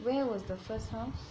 where was the first house